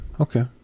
okay